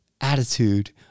attitude